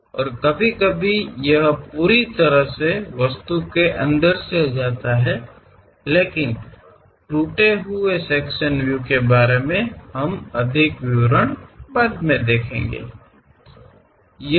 और कभी कभी यह पूरी तरह से वस्तु के अंदर से जाता है लेकिन टूटे हुए सेक्शन व्यू के बारे मे हम अधिक विवरण बाद में देखेंगे